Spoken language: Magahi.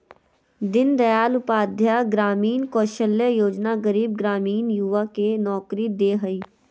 दीन दयाल उपाध्याय ग्रामीण कौशल्य योजना गरीब ग्रामीण युवा के नौकरी दे हइ